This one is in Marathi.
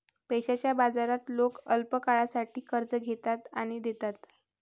पैशाच्या बाजारात लोक अल्पकाळासाठी कर्ज घेतात आणि देतात